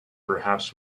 perhaps